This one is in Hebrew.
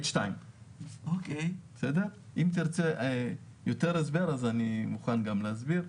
H2. אם תרצה הסבר מפורט יותר אני מוכן גם להסביר.